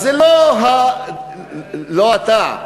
אז זה לא לא אתה,